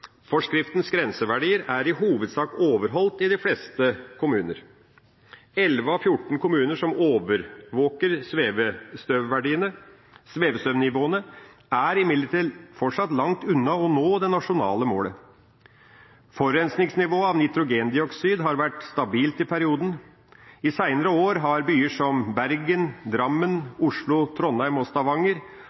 grenseverdier er i hovedsak overholdt i de fleste kommuner. 11 av 14 kommuner som overvåker svevestøvnivåene, er imidlertid fortsatt langt unna å nå det nasjonale målet. Forurensningsnivået av nitrogendioksid har vært stabilt i perioden. I seinere år har byer som Bergen, Drammen, Oslo, Trondheim og Stavanger